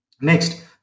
Next